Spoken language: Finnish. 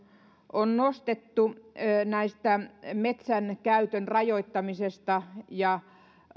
on nostettu tästä metsänkäytön rajoittamisesta